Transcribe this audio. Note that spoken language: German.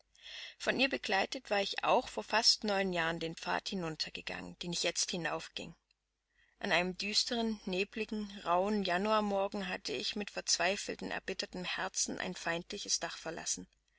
von ihr begleitet war ich auch vor fast neun jahren den pfad hinuntergegangen den ich jetzt hinaufging an einem düstern nebeligen rauhen januarmorgen hatte ich mit verzweifeltem erbittertem herzen ein feindliches dach verlassen